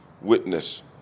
witness